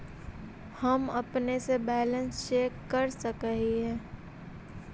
हम अपने से बैलेंस चेक कर सक हिए?